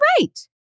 right